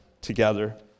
together